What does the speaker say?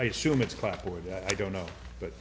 i assume it's crap or that i don't know but